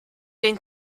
den